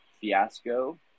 fiasco